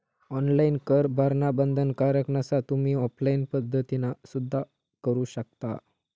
online कर भरणा बंधनकारक नसा, तुम्ही ऑफलाइन पद्धतीना सुद्धा करू शकता